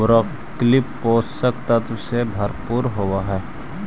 broccoli पोषक तत्व से भरपूर होवऽ हइ